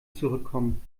zurückkommen